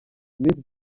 miss